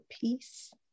peace